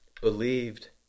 believed